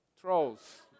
Trolls